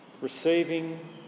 Receiving